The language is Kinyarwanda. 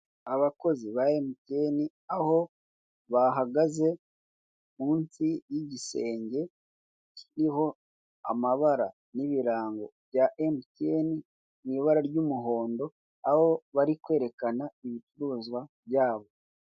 Abakozi ba Emutiyeni aho bahagaze munsi y'igisenge kiriho amabara n'ibirango bya Emutiyeni mu ibara ry'umuhondo, aho bari kwerekana ibicuruzwa byabo.